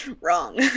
Wrong